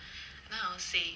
I don't know how to say